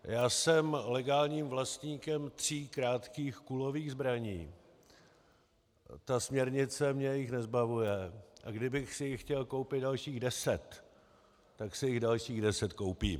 Já jsem legálním vlastníkem tří krátkých kulových zbraní, ta směrnice mě jich nezbavuje, a kdybych si jich chtěl koupit dalších deset, tak si jich dalších deset koupím.